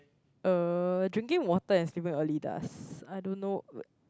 uh drinking water and sleeping early does I don't know